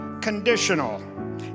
conditional